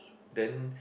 then